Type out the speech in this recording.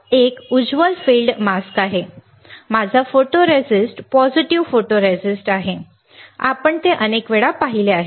हा एक उज्ज्वल फील्ड मास्क आहे माझा फोटोरिस्टिस्ट पॉझिटिव्ह फोटोरिस्टिस्ट आहे आम्ही ते अनेक वेळा पाहिले आहे